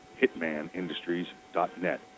Hitmanindustries.net